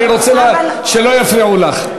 אני רוצה שלא יפריעו לך.